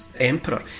emperor